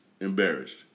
Embarrassed